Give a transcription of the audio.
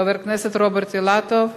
חבר הכנסת רוברט אילטוב,